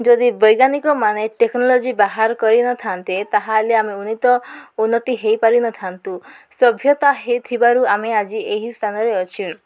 ଯଦି ବୈଜ୍ଞାନିକମାନେ ଟେକ୍ନୋଲୋଜି ବାହାର କରିନଥାନ୍ତେ ତାହେଲେ ଆମେ ଉନୀତ ଉନ୍ନତି ହେଇପାରିନଥାନ୍ତୁ ସଭ୍ୟତା ହେଇଥିବାରୁ ଆମେ ଆଜି ଏହି ସ୍ଥାନରେ ଅଛେ